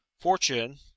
Fortune